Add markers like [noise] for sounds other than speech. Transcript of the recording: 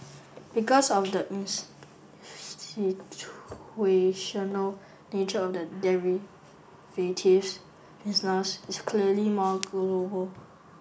because of the [unintelligible] nature of the derivatives business it's clearly more global